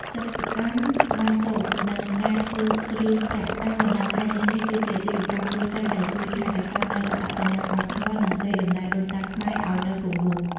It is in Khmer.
សិប្បកម្មត្បាញសូត្រ និងការធ្វើគ្រឿងប្រាក់តាមបណ្ដាខេត្តនានា គឺជាអាជីវកម្មគ្រួសារដែលជួយថែរក្សានូវអត្តសញ្ញាណវប្បធម៌ និងកេរដំណែលដូនតាខ្មែរឱ្យនៅគង់វង្ស។